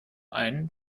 einen